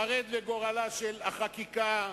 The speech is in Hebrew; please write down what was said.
חרד לגורלה של החקיקה,